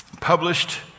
published